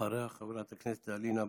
אחריה, חברת הכנסת אלינה ברדץ'